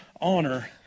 honor